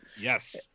Yes